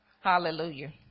hallelujah